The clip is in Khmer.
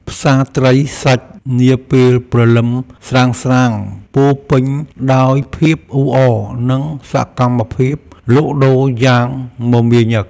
ផ្សារត្រីសាច់នាពេលព្រលឹមស្រាងៗពោរពេញដោយភាពអ៊ូអរ និងសកម្មភាពលក់ដូរយ៉ាងមមាញឹក។